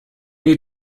need